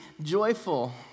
joyful